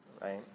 right